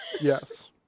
Yes